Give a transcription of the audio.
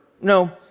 No